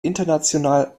international